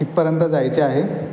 इथपर्यंत जायचे आहे